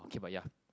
okay but ya